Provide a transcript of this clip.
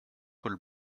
col